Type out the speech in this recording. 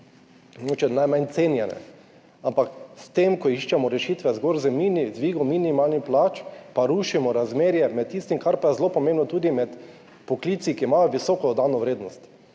najmanj cenjene. Ampak s tem, ko iščemo rešitve zgolj z dvigom minimalnih plač, pa rušimo razmerje med tistim, kar pa je zelo pomembno, tudi med poklici, ki imajo visoko dodano vrednost,